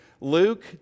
Luke